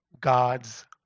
God's